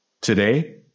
Today